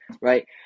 right